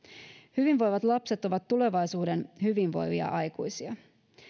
hyvinvoivat lapset ovat tulevaisuuden hyvinvoivia aikuisia